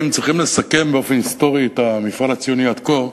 אם צריך לסכם באופן ההיסטורי את המפעל הציוני עד כה,